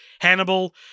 Hannibal